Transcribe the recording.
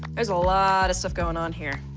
there's a lot of stuff going on here.